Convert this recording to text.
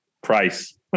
Price